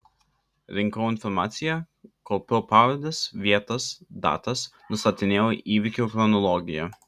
rinkau informaciją kaupiau pavardes vietas datas nustatinėjau įvykių chronologiją